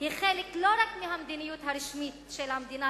היא חלק לא רק מהמדיניות הרשמית של המדינה,